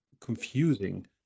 confusing